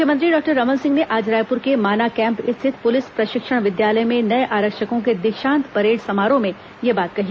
मुख्यमंत्री डॉक्टर रमन सिंह ने आज रायपुर के माना कैम्प स्थित पुलिस प्रशिक्षण विद्यालय में नये आरक्षकों के दीक्षांत परेड समारोह में यह बात कही